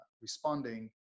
responding